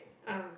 ah